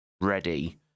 ready